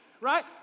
right